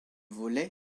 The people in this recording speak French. volet